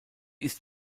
ist